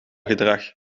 gedrag